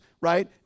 right